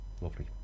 lovely